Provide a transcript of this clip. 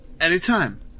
Anytime